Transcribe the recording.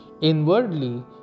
inwardly